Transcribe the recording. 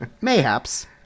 Mayhaps